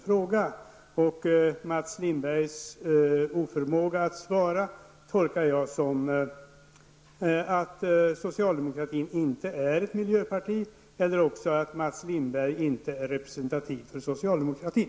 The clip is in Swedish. Mats Lindbergs oförmåga att svara tolkar jag som att socialdemokratin inte är ett miljövänligt parti eller som att Mats Lindberg inte är representativ för socialdemokratin.